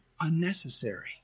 Unnecessary